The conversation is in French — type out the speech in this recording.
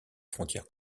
frontières